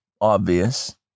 obvious